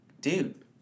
Dude